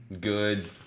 good